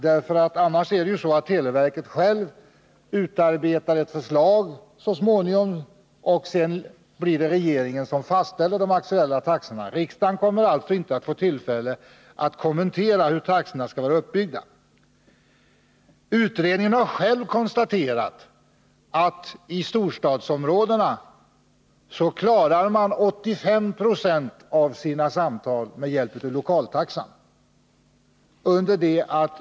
Televerket utarbetar ju självt ett förslag till taxor som regeringen så småningom fastställer. Riksdagen kommer alltså inte att få tillfälle att kommentera hur taxorna skall vara uppbyggda. Utredningen har själv konstaterat att abonnenterna i storstadsområdena klarar 85 20 av sina samtal inom lokaltaxans ram.